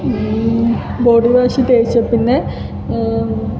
body wash തേച്ചെപ്പിന്നെ